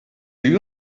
you